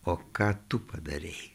o ką tu padarei